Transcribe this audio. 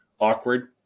awkward